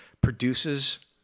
produces